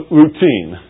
routine